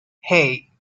hey